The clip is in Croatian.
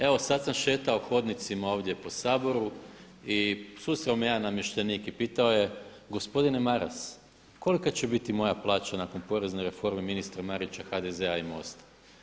Evo sad sam šetao hodnicima ovdje po Saboru i susreo me jedan namještenik i pitao je gospodine Maras, kolika će biti moja plaća nakon porezne reforme ministra Marića, HDZ-a i MOST-a?